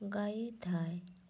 ଗାଇଥାଏ